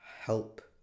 help